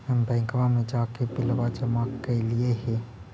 हम बैंकवा मे जाके बिलवा जमा कैलिऐ हे?